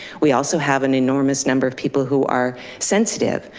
we also have an enormous number of people who are sensitive.